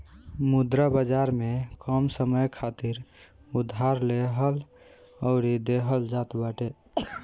मुद्रा बाजार में कम समय खातिर उधार लेहल अउरी देहल जात बाटे